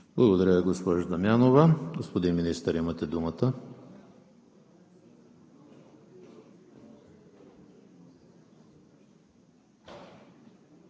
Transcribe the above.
Благодаря, госпожо Дамянова. Господин Министър, имате думата.